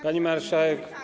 Pani Marszałek!